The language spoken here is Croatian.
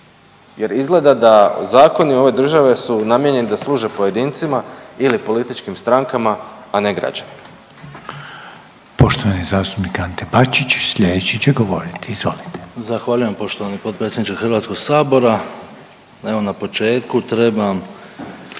Jer izgleda da zakoni ove države su namijenjeni da služe pojedincima ili političkim strankama, a ne građanima. **Reiner, Željko (HDZ)** Poštovani zastupnik Ante Bačić, sljedeći će govoriti. Izvolite. **Bačić, Ante (HDZ)** Zahvaljujem poštovani potpredsjedniče Hrvatskog sabora. Evo na početku trebam